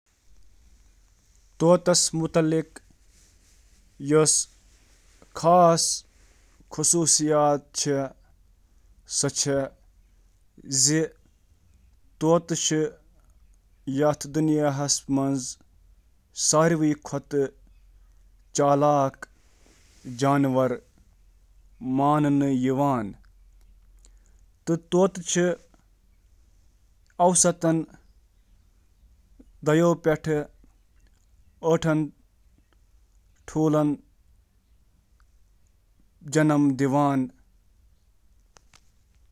طوطن ہٕنٛزن خصوٗصی خصوٗصِیاتن منٛز چھِ اکھ مضبوٗط، منحنی بل، اکھ سیوٚد موقف، مضبوٗط زنٛگہٕ، تہٕ پنجہِ زایگوڈاکٹائل کھۄر شٲمِل۔